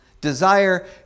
Desire